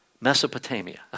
Mesopotamia